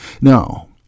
Now